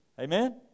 Amen